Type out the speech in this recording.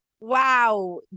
Wow